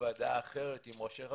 בוועדה אחרת עם ראשי רשויות,